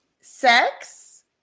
sex